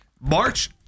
March